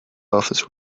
office